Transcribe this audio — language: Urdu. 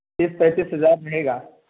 تیس پینتیس ہزار رہے گا